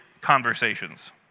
conversations